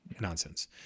Nonsense